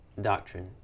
doctrine